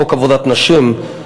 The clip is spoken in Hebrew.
חוק עבודת נשים,